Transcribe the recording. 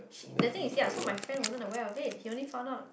that thing is ya so my friend wasn't aware of it he only found out